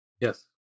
Yes